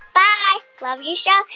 bye. love your show.